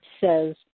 says